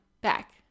back